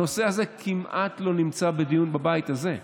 הנושא הזה כמעט לא נמצא בדיון בבית הזה.